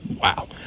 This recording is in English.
Wow